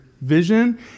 vision